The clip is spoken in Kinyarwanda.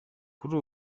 kuri